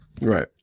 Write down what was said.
Right